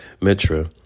mitra